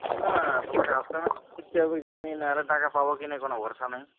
না তোমাকে half payment করতে হবে জানি না আরও টাকা পাব কি না কোনো ভরসা নেই